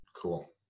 Cool